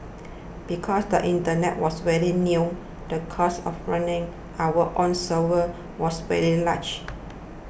because the internet was very new the cost of running our own servers was very large